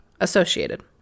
Associated